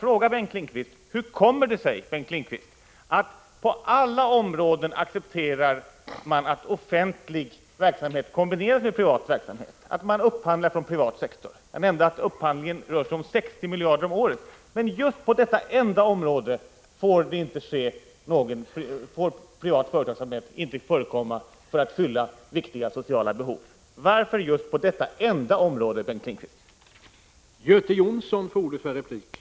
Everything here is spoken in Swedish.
Jag vill gärna ställa en fråga till Bengt Lindqvist. På alla områden accepterar man att offentlig verksamhet kombineras med privat verksamhet — att det sker en upphandling från den privata sektorn. Jag nämnde att upphandlingen rör sig om 60 miljarder. Men just på detta område får det inte förekomma någon privat företagsamhet, för att fylla viktiga sociala behov. Varför just på detta enda område, Bengt Lindqvist?